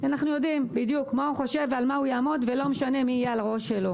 אנו יודעים מה הוא חושב ועל מה יעמוד ולא משנה מי יהיה על הראש שלו.